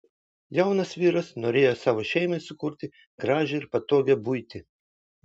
jaunas vyras norėjo savo šeimai sukurti gražią ir patogią buitį